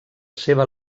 seva